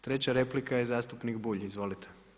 Treća replika je zastupnik Bulj, izvolite.